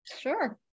sure